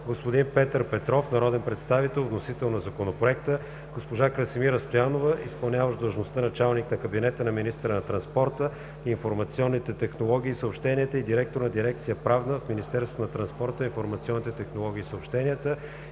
господин Петър Петров – народен представител, вносител на Законопроекта, госпожа Красимира Стоянова – изпълняващ длъжността началник на кабинета на министъра на транспорта, информационните технологии и съобщенията и директор на Дирекция „Правна“ в Министерството на транспорта, информационните технология и съобщенията,